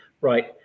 Right